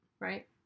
right